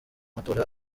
matora